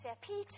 Peter